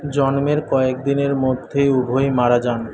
জন্মের কয়েকদিনের মধ্যেই উভয় মারা যান